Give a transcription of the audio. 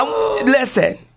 Listen